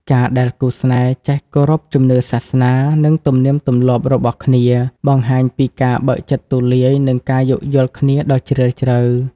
ការដែលគូស្នេហ៍ចេះ "គោរពជំនឿសាសនា និងទំនៀមទម្លាប់" របស់គ្នា បង្ហាញពីការបើកចិត្តទូលាយ និងការយោគយល់គ្នាដ៏ជ្រាលជ្រៅ។